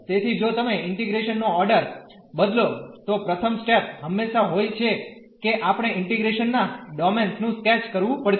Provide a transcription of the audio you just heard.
તેથી જો તમે ઇન્ટીગ્રેશન નો ઓર્ડર બદલો તો પ્રથમ સ્ટેપ હંમેશા હોઈ છે કે આપણે ઇન્ટીગ્રેશન ના ડોમેન નું સ્કેચ કરવું પડશે